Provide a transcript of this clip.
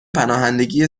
پناهندگی